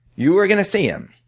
you were going to see him.